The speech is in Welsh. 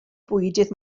bwydydd